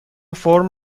فرم